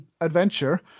adventure